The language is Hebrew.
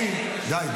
קטי, קטי, די.